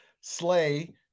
Slay